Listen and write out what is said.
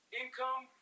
income